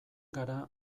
gara